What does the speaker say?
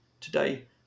today